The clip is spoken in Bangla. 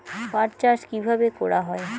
পাট চাষ কীভাবে করা হয়?